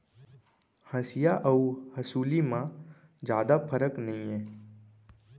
हँसिया अउ हँसुली म जादा फरक नइये